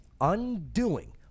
undoing